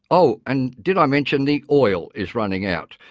oh, and did i mention the oil is running out?